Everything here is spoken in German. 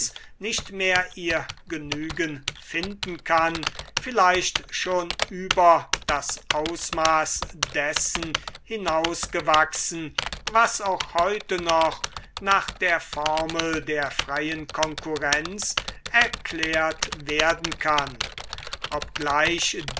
nicht mehr ihr genügen finden kann vielleicht schon über das ausmaß dessen hinausgewachsen was auch heute noch nach der formel der freien konkurrenz erklärt werden kann obgleich